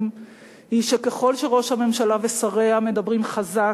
היא שככל שראש הממשלה ושריה מדברים חזק,